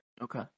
Okay